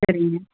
சரிங்க